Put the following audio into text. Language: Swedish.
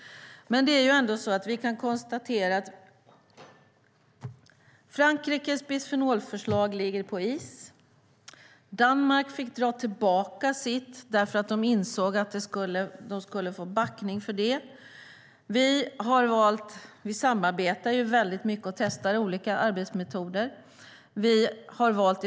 Vi kan konstatera att Frankrikes bisfenolförslag ligger på is och att Danmark fick dra tillbaka sitt förslag för att de insåg att de skulle få backning på det. Vi samarbetar mycket och testar olika arbetsmetoder.